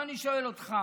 עכשיו אני שואל אותך: